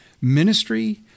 ministry